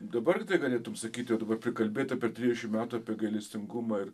dabar galėtum sakyt jau dabar prikalbėta per trisdešimt metų apie gailestingumą ir